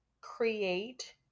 create